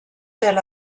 tel